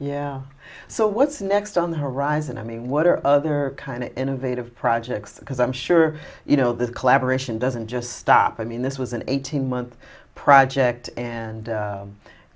yeah so what's next on the horizon i mean what are other kind of innovative projects because i'm sure you know this collaboration doesn't just stop i mean this was an eighteen month project and